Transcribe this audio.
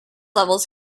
levels